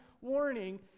warning